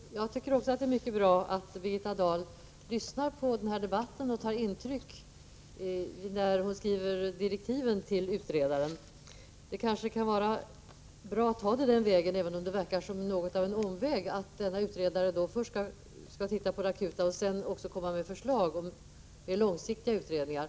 Herr talman! Jag tycker också att det är mycket bra att Birgitta Dahl lyssnar på denna debatt och tar intryck innan hon skriver direktiven till utredaren. Det kanske är bra att gå den vägen — även om det verkar vara — Prot. 1985/86:15 något av en omväg — att utredaren först skall titta på de akuta åtgärderna och 22 oktober 1985 sedan komma med förslag till mera långsiktiga utredningar.